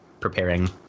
preparing